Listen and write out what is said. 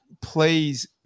please